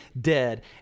dead